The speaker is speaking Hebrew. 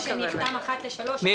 אני